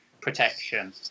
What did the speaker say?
protection